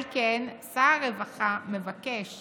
על כן, שר הרווחה מבקש